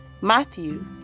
Matthew